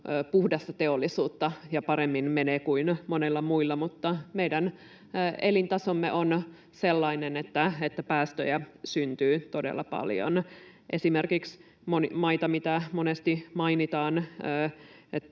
puhdasta teollisuutta ja paremmin menee kuin monilla muilla, mutta meidän elintasomme on sellainen, että päästöjä syntyy todella paljon. Niistä maista, mitä monesti mainitaan,